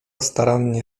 starannie